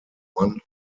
one